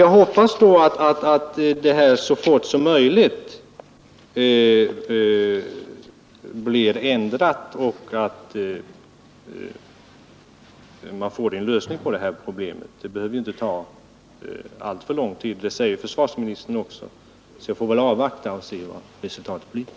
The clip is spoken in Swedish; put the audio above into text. Jag hoppas emellertid att reglementet ändras så fort som möjligt och att vi får en lösning av problemet — det behöver, som försvarsministern själv säger, inte dröja så länge. Vi får alltså avvakta resultatet av försöken.